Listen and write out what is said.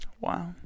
wow